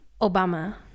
Obama